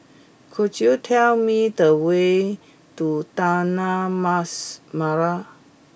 could you tell me the way to Taman Mas Merah